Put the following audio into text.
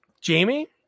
Jamie